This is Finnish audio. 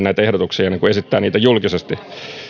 näitä ehdotuksia yksityiskohtaisemmin ennen kuin esittää niitä julkisesti